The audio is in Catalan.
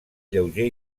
lleuger